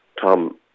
Tom